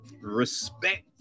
Respect